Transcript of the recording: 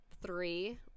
three